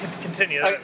continue